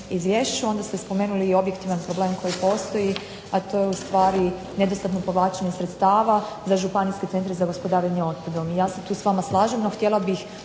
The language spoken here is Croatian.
onda ste spomenuli i objektivan problem koji postoji a to je ustvari nedostatno povlačenje sredstava za županijske centre za gospodarenje otpadom i ja se tu s vama slažem. Htjela bih